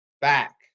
back